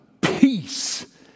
peace